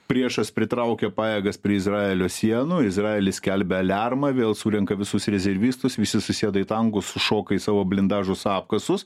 priešas pritraukė pajėgas prie izraelio sienų izraelis skelbia aliarmą vėl surenka visus rezervistus visi susėda į tankus sušoka į savo blindažus apkasus